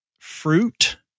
fruit